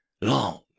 long